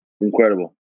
incredible